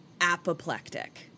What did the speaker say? apoplectic